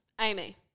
Amy